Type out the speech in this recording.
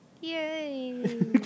Yay